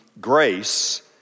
grace